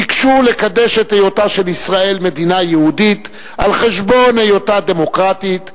ביקשו לקדש את היותה של ישראל מדינה יהודית על חשבון היותה דמוקרטית,